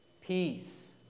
peace